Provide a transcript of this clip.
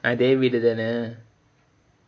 அதே வீடு தானே:adhae veedu thaanae